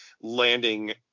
landing